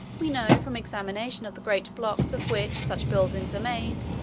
we know, from examination of the great blocks of which such buildings are made,